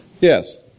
Yes